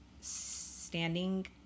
standing